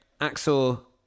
Axel